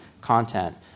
content